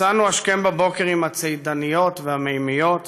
יצאנו השכם בבוקר עם הצידניות והמימיות,